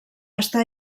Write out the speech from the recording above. està